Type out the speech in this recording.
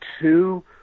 two